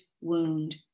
wound